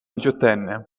diciottenne